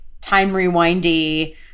time-rewindy